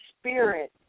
spirit